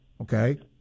okay